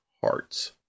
hearts